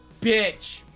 Bitch